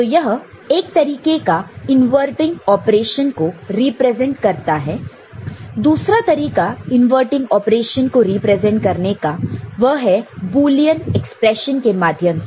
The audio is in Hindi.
तो यह एक तरीका है इनवर्टिंग ऑपरेशन को रिप्रेजेंट करने का दूसरा तरीका इनवर्टिंग ऑपरेशन को रिप्रेजेंट करने का वह है बुलियन एक्सप्रेशन के माध्यम से